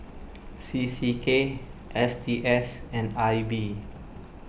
C C K S T S and I B